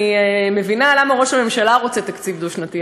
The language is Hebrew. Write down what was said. אני מבינה למה ראש הממשלה רוצה תקציב דו-שנתי,